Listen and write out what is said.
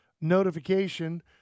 notification